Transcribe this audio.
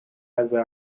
hebben